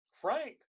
Frank